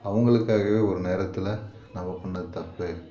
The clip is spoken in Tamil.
அவங்களுக்காகவே ஒரு நேரத்தில் நம்ப பண்ணது தப்பு